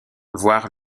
voir